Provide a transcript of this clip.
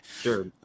Sure